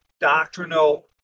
doctrinal